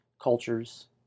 cultures